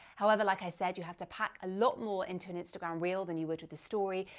however, like i said, you have to pack a lot more into an instagram reel than you were to the story.